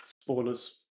spoilers